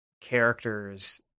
characters